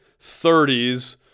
30s